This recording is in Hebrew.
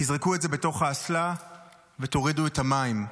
תזרקו את זה בתוך האסלה ותורידו את המים.